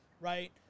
right